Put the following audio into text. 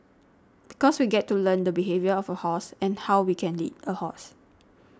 because we get to learn the behaviour of a horse and how we can lead a horse